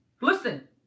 Listen